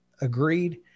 agreed